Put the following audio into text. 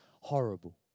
horrible